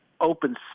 open